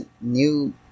new